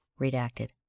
Redacted